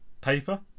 paper